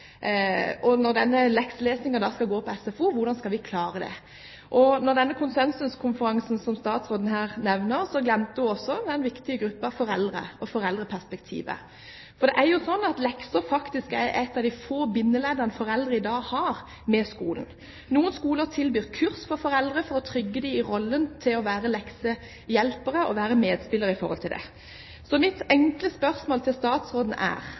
Når lekselesingen skal foregå på SFO, hvordan skal vi klare det? Da statsråden her nevnte denne konsensuskonferansen, glemte hun også den viktige gruppen foreldre og foreldreperspektivet. Det er jo sånn at lekser faktisk er et av de få bindeleddene foreldre i dag har med skolen. Noen skoler tilbyr kurs for foreldre for å trygge dem i rollen som leksehjelpere og medspillere i forbindelse med det. Mitt enkle spørsmål til statsråden er: